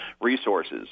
resources